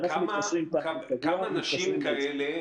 כמה נשים כאלה?